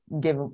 give